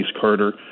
Carter